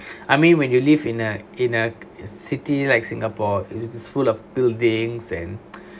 I mean when you live in a in a city like singapore it's just full of buildings and